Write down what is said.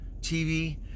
TV